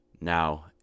Now